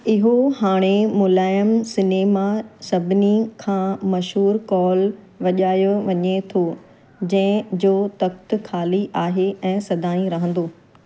इहो हाणे मुलायम सिनेमा सभिनी खां मशहूर कॉल वॼायो वञे थो जंहिं जो तख़्तु खाली आहे ऐं सदा ई रहंदो